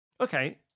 Okay